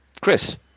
chris